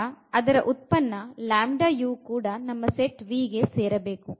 ಆಗ ಅದರ ಗುಣಲಬ್ಧ ಕೂಡ ನಮ್ಮ ಸೆಟ್ V ಗೆ ಸೇರಿರಬೇಕು